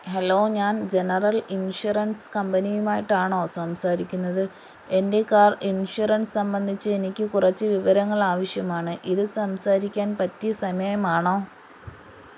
hello ഞാൻ general insurance കമ്പനിയുമായിട്ടാണോ സംസാരിക്കുന്നത് എന്റെ കാർ ഇൻഷുറൻസ് സംബന്ധിച്ച് എനിക്ക് കുറച്ച് വിവരങ്ങൾ ആവശ്യമാണ് ഇത് സംസാരിക്കാൻ പറ്റിയ സമയമാണോ